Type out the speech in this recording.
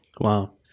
Wow